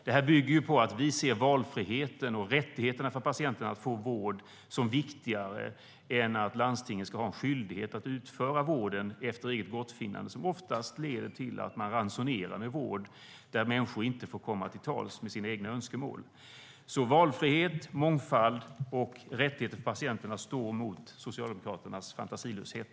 Det bygger på att vi ser valfriheten och rättigheterna för patienterna att få vård som viktigare än att landstingen har skyldigheten att utföra vården efter eget gottfinnande, som oftast leder till att man ransonerar med vård. Människor får inte komma till tals med sina egna önskemål. Valfrihet, mångfald och rättigheter för patienterna står mot Socialdemokraternas fantasilöshet.